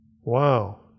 Wow